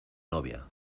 novia